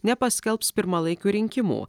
nepaskelbs pirmalaikių rinkimų